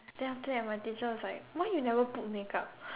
then after that my teacher was like why you never put makeup